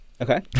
Okay